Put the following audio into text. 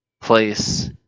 place